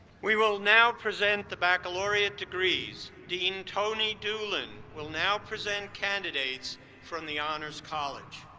we will now present the baccalaureate degrees. dean toni doolen will now present candidates from the honors college.